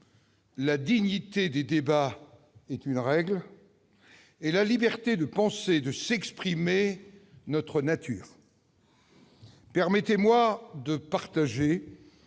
la dignité des débats une règle et la liberté de penser, de s'exprimer, notre nature. Permettez-moi de vous